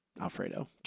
alfredo